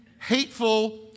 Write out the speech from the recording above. hateful